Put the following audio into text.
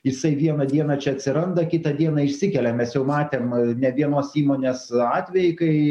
jisai vieną dieną čia atsiranda kitą dieną išsikelia mes jau matėm ne vienos įmonės atvejį kai